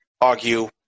argue